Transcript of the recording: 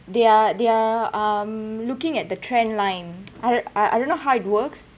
they're they're um looking at the trend line I don't I don't know how it works